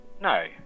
no